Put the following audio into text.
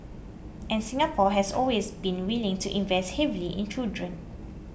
and Singapore has always been willing to invest heavily in children